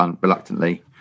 reluctantly